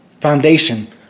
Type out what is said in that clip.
foundation